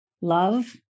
love